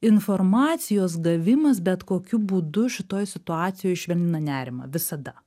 informacijos gavimas bet kokiu būdu šitoj situacijoj švelnina nerimą visada